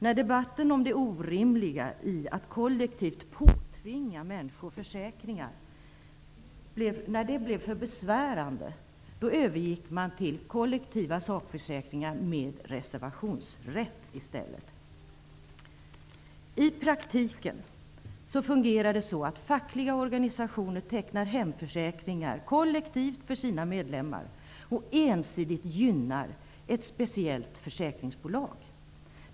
När debatten om det orimliga i att kollektivt påtvinga människor försäkringar blev för besvärande, övergick man i stället till metoden med kollektiva sakförsäkringar med reservationsrätt. I praktiken fungerar det så att fackliga organisationer tecknar hemförsäkringar kollektivt för sina medlemmar och ensidigt gynnar ett speciellt försäkringsbolag.